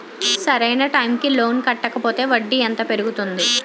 సరి అయినా టైం కి లోన్ కట్టకపోతే వడ్డీ ఎంత పెరుగుతుంది?